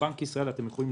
בנק ישראל כבר